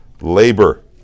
labor